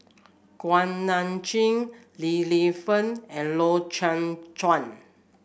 Kuak Nam Jin Li Lienfung and Loy Chye Chuan